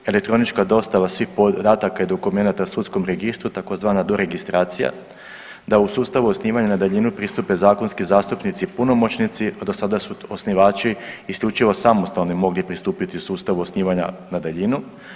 Elektronička dostava svih podataka i dokumenata sudskom registru tzv. doregistracija da u sustavu osnivanja na daljinu pristupe zakonski zastupnici i punomoćnici, a do sada su osnivači isključivo samostalno mogli pristupiti sustavu osnivanja na daljinu.